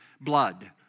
blood